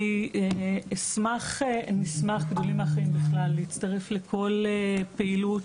אני אשמח להצטרף לכל פעילות